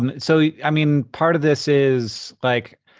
um so i mean, part of this is, like,